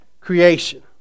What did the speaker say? creation